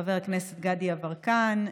חבר הכנסת גדי יברקן,